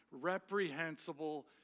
reprehensible